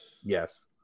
Yes